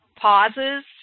pauses